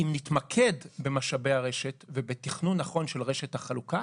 אם נתמקד במשאבי הרשת ובתכנון נכון של רשת החלוקה,